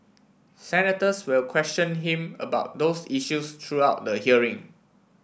senators will question him about those issues throughout the hearing